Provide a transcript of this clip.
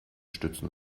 stützen